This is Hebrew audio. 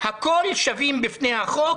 "הכול שווים בפני החוק,